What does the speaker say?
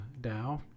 Dow